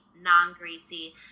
non-greasy